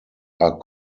are